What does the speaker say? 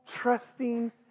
trusting